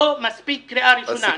לא מספיק קריאה ראשונה.